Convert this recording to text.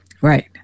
Right